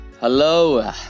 Hello